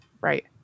Right